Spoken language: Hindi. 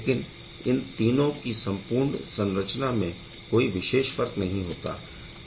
लेकिन इन तीनों की संपूर्ण संरचना में कोई विशेष फर्क नहीं होता